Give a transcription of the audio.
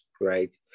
right